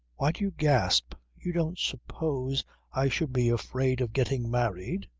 why do you gasp? you don't suppose i should be afraid of getting married?